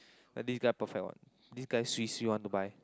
but this guy perfect what this guy swee swee want to buy